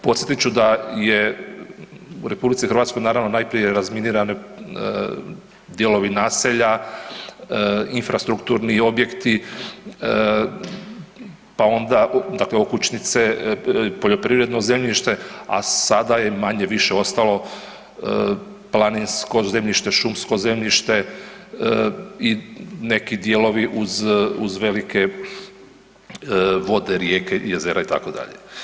Podsjetit ću da je u RH najprije razminirano dijelovi naselja, infrastrukturni objekti, pa onda okućnice, poljoprivredno zemljište, a sada je manje-više ostalo planinsko zemljište, šumsko zemljište i neki dijelovi uz velike vode, rijeke, jezera itd.